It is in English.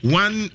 one